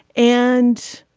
and